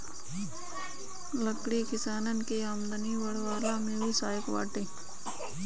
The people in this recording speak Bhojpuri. लकड़ी किसानन के आमदनी बढ़वला में भी सहायक बाटे